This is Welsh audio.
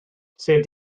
sef